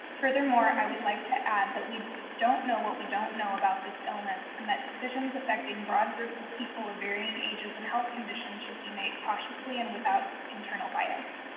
furthermore, i would like to add that we don't know what we don't know about this illness and that decisions affecting broad groups of people of varying ages and health conditions should be made cautiously and without internal bias.